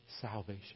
salvation